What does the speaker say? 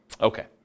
Okay